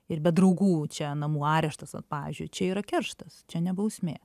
ir be draugų čia namų areštas vat pavyzdžiui čia yra kerštas čia ne bausmė